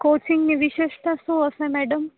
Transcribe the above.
કોચીંગની વિશેષતા શું હશે મેડમ